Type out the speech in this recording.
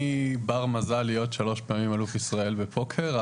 אני בר מזל להיות שלוש פעמים אלוף ישראל בפוקר.